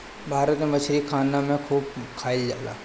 भारत में मछरी खाना में खूब खाएल जाला